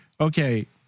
okay